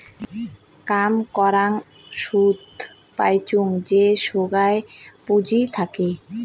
কাম করাং সুদ পাইচুঙ যে সোগায় পুঁজি থাকে